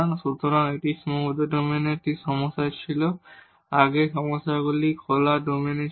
সুতরাং এটি বাউন্ডেড ডোমেনের একটি সমস্যা ছিল আগের সমস্যাগুলি ওপেন ডোমেনে ছিল